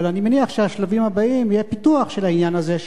אבל אני מניח שהשלבים הבאים יהיו פיתוח של העניין הזה,